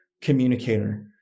communicator